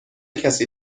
کسی